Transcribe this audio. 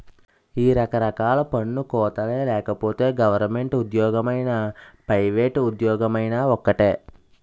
ఈ రకరకాల పన్ను కోతలే లేకపోతే గవరమెంటు ఉజ్జోగమైనా పైవేట్ ఉజ్జోగమైనా ఒక్కటే